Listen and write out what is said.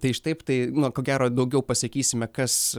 tai štaip tai ko gero daugiau pasakysime kas